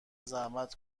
زحمت